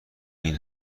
این